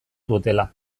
dutela